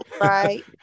Right